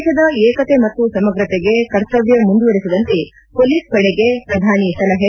ದೇಶದ ಏಕತೆ ಮತ್ತು ಸಮಗ್ರತೆಗೆ ಕರ್ತವ್ಲ ಮುಂದುವರೆಸುವಂತೆ ಪೊಲೀಸ್ ಪಡೆಗೆ ಪ್ರಧಾನಿ ಸಲಹೆ